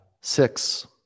six